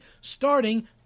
starting